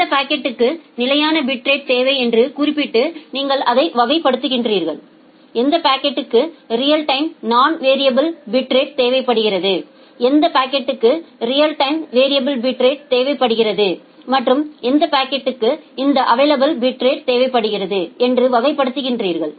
எந்த பாக்கெட்க்கு நிலையான பிட்ரேட்தேவை என்று குறிப்பிட்டு நீங்கள் அதை வகைப்படுத்துகிறிர்கள் எந்த பாக்கெட்க்கு real time non variable bitrate தேவைப்படுகிறது எந்த பாக்கெட்க்கு ரியல் டைம் வேறிஏபில் பிட்ரேட் தேவைப்படுகிறது மற்றும் எந்த பாக்கெட்க்கு இந்த அவைளப்பிலே பிட் ரேட் தேவைப்படுகிறது என்று வகைப்படுத்துகிறிர்கள்